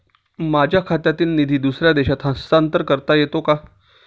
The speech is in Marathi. माझ्या खात्यातील निधी दुसऱ्या देशात हस्तांतर करता येते का?